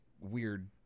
weird